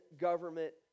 government